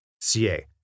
CA